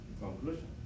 Conclusion